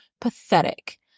pathetic